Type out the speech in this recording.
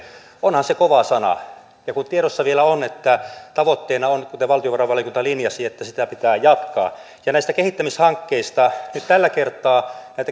onhan se kova sana kun tiedossa vielä on että tavoitteena on kuten valtiovarainvaliokunta linjasi että sitä pitää jatkaa näistä kehittämishankkeista nyt tällä kertaa näitä